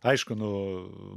aišku nu